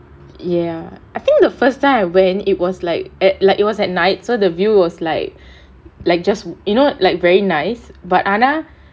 ya I think the first time I went it was like at like it was at night so the view was like like just you know like very nice but ஆனா:aanaa